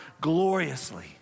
gloriously